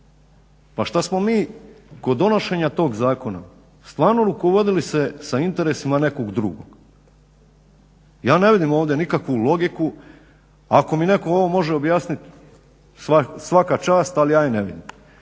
Pa što smo mi kod donošenja tog zakona stvarno rukovodili se sa interesima nekog drugog? Ja ne vidim ovdje nikakvu logiku, a ako mi netko ovo može objasniti svaka čast, ali ja je ne vidim.